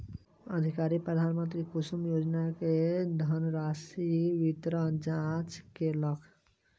अधिकारी प्रधानमंत्री कुसुम योजना के धनराशि वितरणक जांच केलक